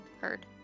heard